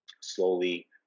slowly